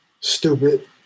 Stupid